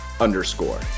underscore